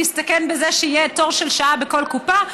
להסתכן בזה שיהיה תור של שעה בכל קופה.